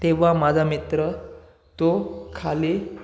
तेव्हा माझा मित्र तो खाली